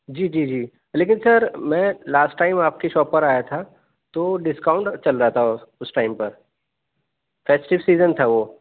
جی جی جی لیکن سر میں لاسٹ ٹائم آپ کی شاپ پر آیا تھا تو ڈسکاؤنٹ چل رہا تھا اُس ٹائم پر فیسٹی سیزن تھا وہ